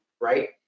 right